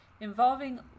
involving